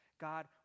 God